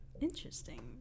Interesting